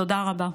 תודה רבה.